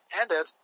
ended